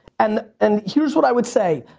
and and here's what i would say.